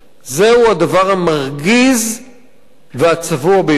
זהו הדבר המרגיז והצבוע ביותר.